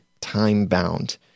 time-bound